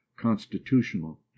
constitutional